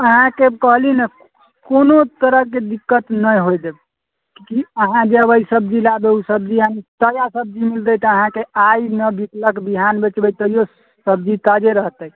अहाँके कहलीह ने कोनो तरहके दिक्कत नहि होइ देब अहाँ जेबै सब्जी लाबै ओ सब्जी ताजा सब्जी मिलतै तऽ अहाँके आइ नहि बिकलक बिहान बेचबै तैयो सब्जी ताजे रहते